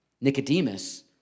Nicodemus